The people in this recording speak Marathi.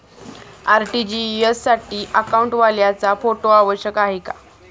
आर.टी.जी.एस साठी अकाउंटवाल्याचा फोटो आवश्यक आहे का?